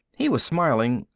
he was smiling,